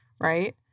Right